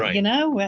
ah you know?